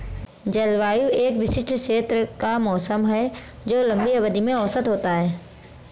जलवायु एक विशिष्ट क्षेत्र का मौसम है जो लंबी अवधि में औसत होता है